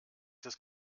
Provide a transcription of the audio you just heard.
des